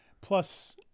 Plus